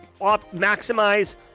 maximize